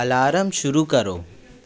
alarm शुरू करो